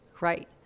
right